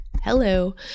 Hello